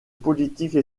politique